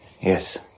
Yes